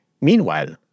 Meanwhile